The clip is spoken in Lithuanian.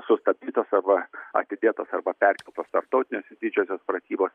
sustabdytos arba atidėtos arba perkeltos tarptautinės didžiosios pratybos